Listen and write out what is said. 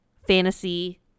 Fantasy